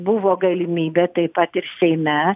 buvo galimybė taip pat ir seime